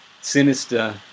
sinister